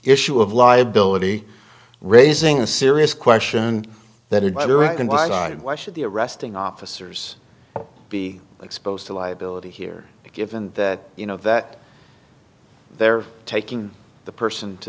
issue of liability raising a serious question that is by doing it why should the arresting officers be exposed to liability here given that you know that they're taking the person to